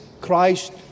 Christ